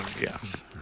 Yes